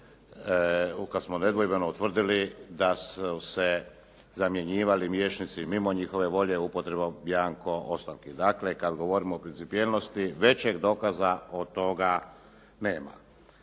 kada smo nedvojbeno utvrdili da su se zamjenjivali vijećnici mimo njihove volje upotrebom bjanko ostavki. Dakle, kada govorimo o principijelnosti većeg dokaza od toga nema.